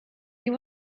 you